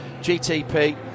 GTP